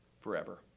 forever